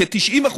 כ-90%,